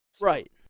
Right